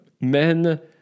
men